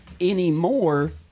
anymore